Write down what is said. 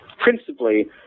principally